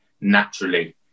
naturally